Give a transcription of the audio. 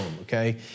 okay